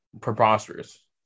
preposterous